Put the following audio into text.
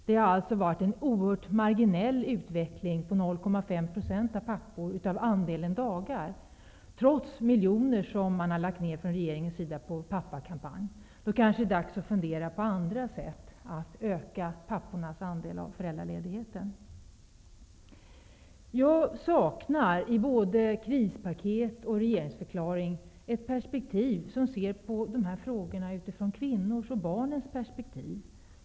Det har alltså varit en oerhört marginell utveckling: 0,5 % av papporna beräknat på andelen dagar, trots att regeringen lagt ned miljoner på pappakampanj. Då kanske det är dags att börja fundera över andra sätt att öka pappornas andel av föräldraledigheten. Jag saknar i både krispaket och regeringsförklaring en betraktelse av dessa frågor ur kvinnors och barns perspektiv.